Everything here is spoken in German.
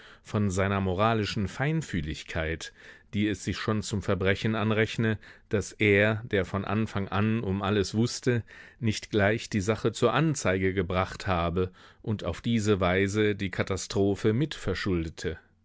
von seiner moralischen feinfühligkeit die es sich schon zum verbrechen anrechne daß er der von anfang an um alles wußte nicht gleich die sache zur anzeige gebracht habe und auf diese weise die katastrophe mit verschuldete